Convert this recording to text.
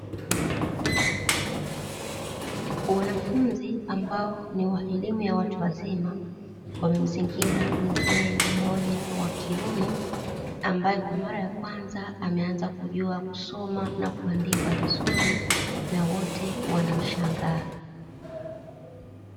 Wanafunzi ambao ni wa elimu ya watu wazima wamemzingira mzee mmoja wa kiume, ambaye kwa mara ya kwanza ameanza kujua kusoma na kuandika vizuri na wote wanamshangaa.